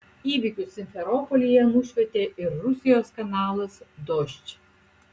įvykius simferopolyje nušvietė ir rusijos kanalas dožd